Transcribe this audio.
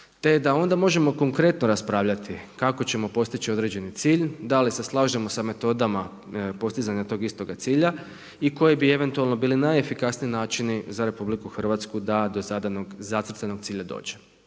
te da onda možemo konkretno raspravljati kako ćemo postići određeni cilj, da li se slažemo sa metodama postizanja tog istoga cilja i koji bi eventualno bili najefikasniji načini za RH da do zadanog zacrtanog cilja dođe.